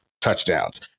touchdowns